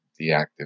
deactivate